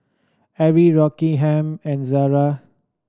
Arai Rockingham and Zara